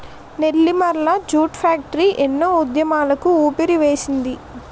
Nellimarla jute factory ఎన్నో ఉద్యమాలకు ఊపిరివేసింది